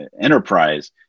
enterprise